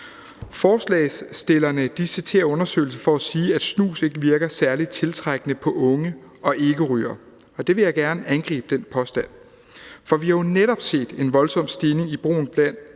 Forslagsstillerne citerer undersøgelsen for at sige, at snus ikke virker særlig tiltrækkende på unge og ikkerygere. Den påstand vil jeg gerne angribe, for vi har jo netop set en voldsom stigning i brugen af